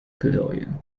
pavilion